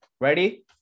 Ready